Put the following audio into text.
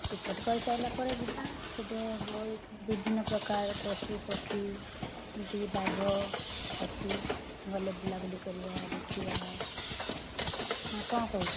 ticket କରି ସାରିଲା ପରେ ଯିବା ସେଠି ବହୁତ ବିଭିନ୍ନ ପ୍ରକାର ପଶୁ ପକ୍ଷୀ ଯେମିତିକି ବାଘ ଅଛି ଗଲେ ବୁଲାବୁଲି କରିବା ଦେଖିବା ନା କ'ଣ କହୁଛୁ